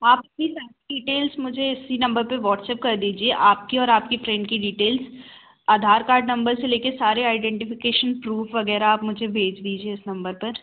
आपकी सारी डिटेल्स मुझे इसी नंबर पर व्हाट्सऐप कर दीजिए आपकी और आपकी फ्रेंड की डिटेल्स आधार कार्ड नंबर्स से लेकर के सारे आइडेंटिफिकेशन प्रूफ वैगैरह आप मुझे भेज दीजिए इस नंबर पर